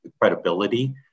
credibility